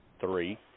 three